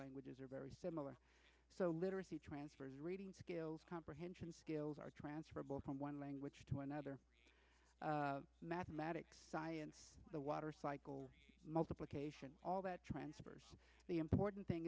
languages are very similar so literacy transfers reading skills comprehension skills are transferable from one language to another mathematics science the water cycle multiplication all that transfers the important thing